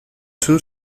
two